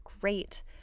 great